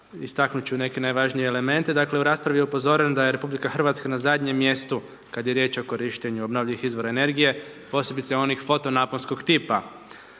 istaknuti ću neke najvažnije elemente, dakle, u raspravi je upozoren da je RH na zadnjem mjestu kada je riječ o obnovljenim izvora energije, posebice onih fotonaponskog tipa.